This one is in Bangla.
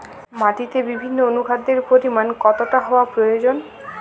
মাটিতে বিভিন্ন অনুখাদ্যের পরিমাণ কতটা হওয়া প্রয়োজন?